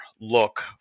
look